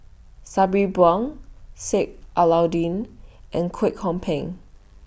Sabri Buang Sheik Alau'ddin and Kwek Hong Png